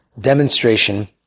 demonstration